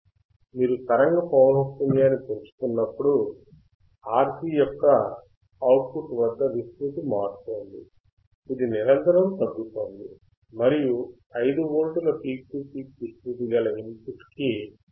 మీరు తరంగ పౌనఃపున్యాన్ని పెంచుతున్నప్పుడు RC యొక్క అవుట్ పుట్ వద్ద విస్తృతి మారుతోంది ఇది నిరంతరం తగ్గుతోంది మరియు మీరు 5 వోల్టుల పీక్ టు పీక్ విస్తృతి గల ఇన్ పుట్ కి 1